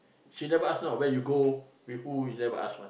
she never ask know where you go with who she never ask one